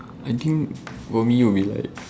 I think for me will be like